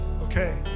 Okay